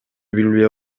билбей